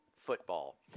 football